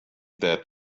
that